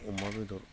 अमा बेदर